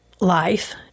life